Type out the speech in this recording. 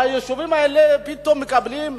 היישובים האלה פתאום מקבלים,